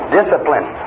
discipline